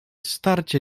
starcie